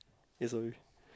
eh sorry